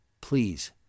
Please